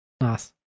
Nice